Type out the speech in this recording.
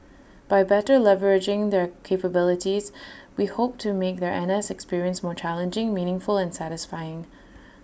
by better leveraging their capabilities we hope to make their N S experience more challenging meaningful and satisfying